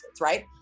right